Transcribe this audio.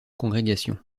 congrégation